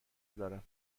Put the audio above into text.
دارم